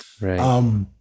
Right